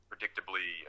Predictably